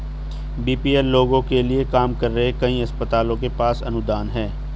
BPL लोगों के लिए काम कर रहे कई अस्पतालों के पास अनुदान हैं